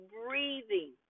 breathing